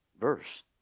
verse